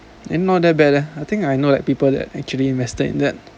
eh not that bad leh I think I know like people that actually invested in that